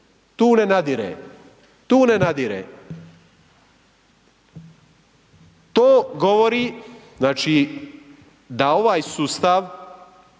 Tu ne nadire, tu ne nadire. To govori, znači da ovaj sustav